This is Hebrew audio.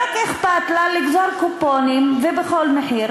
אכפת לה רק לגזור קופונים, ובכל מחיר.